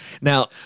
now